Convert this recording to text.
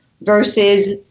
versus